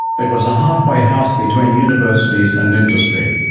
it was a half-way house between universities and industry.